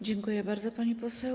Dziękuję bardzo, pani poseł.